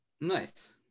Nice